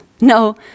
No